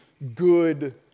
Good